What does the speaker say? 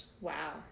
wow